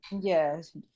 Yes